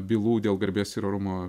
bylų dėl garbės ir orumo